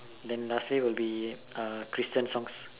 then lastly will be Christian songs